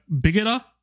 Bigger